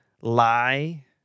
lie